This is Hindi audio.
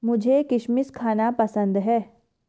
मुझें किशमिश खाना पसंद है